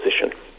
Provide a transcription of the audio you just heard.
position